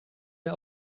der